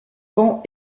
banc